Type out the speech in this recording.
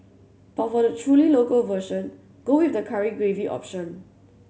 but for the truly local version go with the curry gravy option